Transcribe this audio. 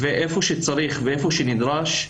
ואיפה שצריך ואיפה שנדרש,